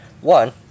One